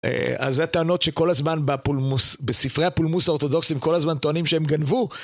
אז זה טענות שכל הזמן הפולמוס, בספרי הפולמוס האורתודוקסים כל הזמן טוענים שהם גנבו